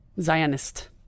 zionist